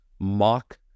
mock